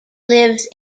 lives